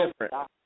different